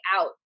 out